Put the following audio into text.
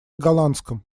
голландском